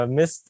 Miss